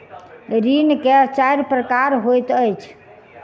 ऋण के चाइर प्रकार होइत अछि